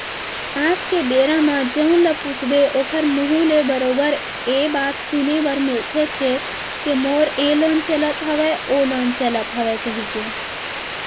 आज के बेरा म जउन ल पूछबे ओखर मुहूँ ले बरोबर ये बात सुने बर मिलथेचे के मोर ये लोन चलत हवय ओ लोन चलत हवय कहिके